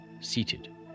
seated